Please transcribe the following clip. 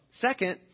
Second